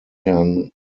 herrn